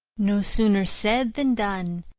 no sooner said than done.